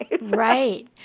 Right